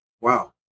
wow